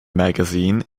magazine